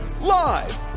Live